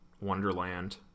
Wonderland